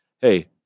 hey